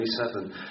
27